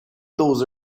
those